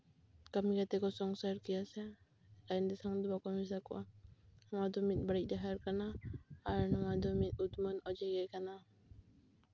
ᱠᱟᱹᱢᱤ ᱠᱟᱛᱮ ᱠᱚ ᱥᱚᱝᱥᱟᱨ ᱠᱮᱭᱟ ᱥᱮ ᱠᱟᱭᱤᱱᱫᱤ ᱥᱟᱶ ᱡᱩᱫᱤ ᱵᱟᱠᱚ ᱢᱮᱥᱟ ᱠᱚᱜᱼᱟ ᱱᱚᱣᱟ ᱫᱚ ᱢᱤᱫ ᱵᱟᱹᱲᱤᱡ ᱰᱟᱦᱟᱨ ᱠᱟᱱᱟ ᱟᱨ ᱱᱚᱣᱟ ᱫᱚ ᱢᱤᱫ ᱩᱫᱩᱜᱟᱱ ᱚᱡᱮ ᱜᱮ ᱠᱟᱱᱟ